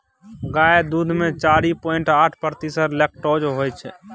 गाय दुध मे चारि पांइट आठ प्रतिशत लेक्टोज होइ छै